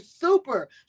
super